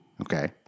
Okay